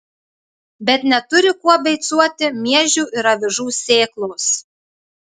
bet neturi kuo beicuoti miežių ir avižų sėklos